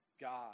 God